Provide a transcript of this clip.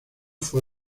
fue